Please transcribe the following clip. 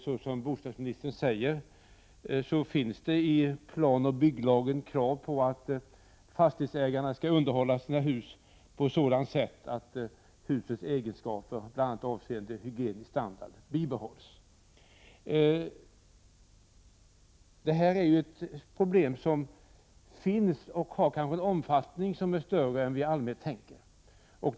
Såsom bostadsministern säger i svaret finns det i planoch bygglagen krav på att fastighetsägarna underhåller sina hus på sådant sätt att husens egenskaper avseende bl.a. hygienisk standard bibehålls. Det här problemet har en omfattning som kanske är större än vi i allmänhet tänker oss.